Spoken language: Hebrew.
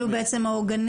אלו הם בעצם העוגנים,